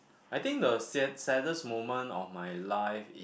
I think the sad saddest moment of my life it